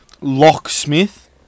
Locksmith